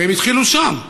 והן התחילו שם,